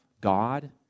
God